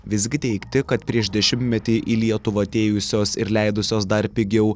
visgi teigti kad prieš dešimtmetį į lietuvą atėjusios ir leidusios dar pigiau